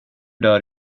dör